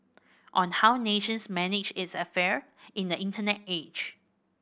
on how nations manage its affair in the Internet age